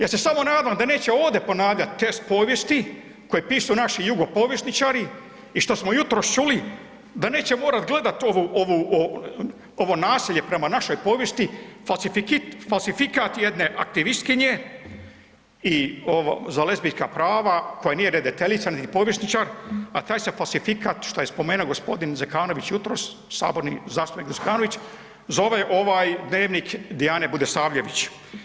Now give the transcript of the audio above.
Ja se samo nadam da neće ovdje ponavljati test povijesti koji je pisao naš jugo povjesničari i što smo jutros čuli, da neće morat gledat ovo nasilje prema našoj povijesti, falsifikat jedne aktivistkinje i za lezbijska prava koja nije ni ... niti povjesničar, a taj se falsifikat, što je spomenuo g. Zekanović jutros, zastupnik Zekanović, zove ovaj Dnevnik Dijane Budisavljević.